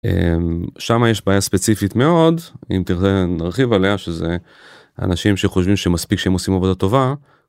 שמה יש בעיה ספציפית מאוד, אם תרצה נרחיב עליה שזה אנשים שחושבים שמספיק שהם עושים עבודה טובה.